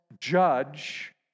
judge